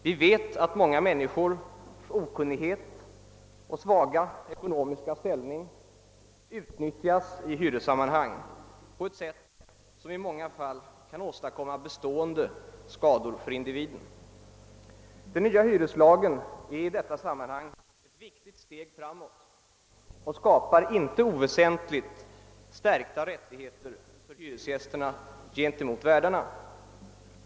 Vi vet att människors okunnighet och svaga ekonomiska ställning utnyttjas i hyressammanhang på ett sätt som i många fall kan åstadkomma bestående skador för individen. Den nya hyreslagen är ett viktigt steg framåt och skapar inte oväsentligt stärkta rättigheter för hyresgästerna gentemot värdarna.